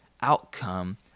outcome